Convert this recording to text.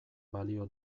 balio